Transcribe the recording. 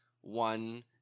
one